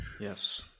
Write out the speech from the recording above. yes